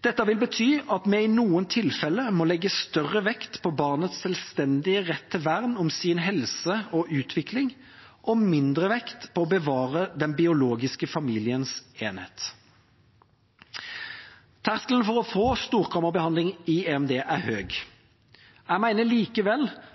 Dette vil bety at vi i noen tilfeller må legge større vekt på barnets selvstendige rett til vern om sin helse og utvikling og mindre vekt på å bevare den biologiske familiens enhet. Terskelen for å få storkammerbehandling i EMD er